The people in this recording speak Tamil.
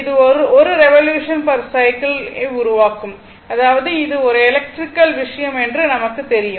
இது 1 ரெவலூஷன் பெர் சைக்கிள் ஐ உருவாக்கும் அதாவது இது ஒரு எலெக்ட்ரிகல் விஷயம் என்று நமக்கு தெரியும்